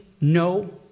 no